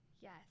yes